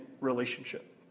relationship